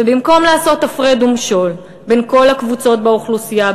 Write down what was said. ובמקום לעשות הפרד ומשול בין כל הקבוצות באוכלוסייה,